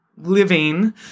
living